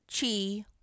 Chi